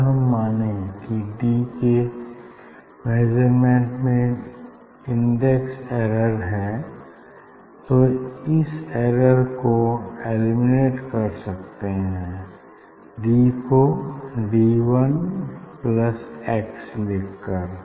अगर हम माने कि डी के मेज़रमेंट में इंडेक्स एरर है तो हम इस एरर को एलिमिनेट कर सकते हैं डी को डी वन प्लस एक्स लिख कर